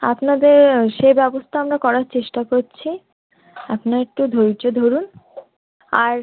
আপনাদের সে ব্যবস্তা করার আমরা চেষ্টা করছি আপনি একটু ধৈর্য ধরুন আর